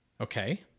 Okay